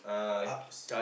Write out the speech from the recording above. ups